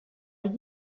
are